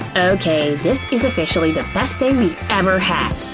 okay, this is officially the best day we've ever had!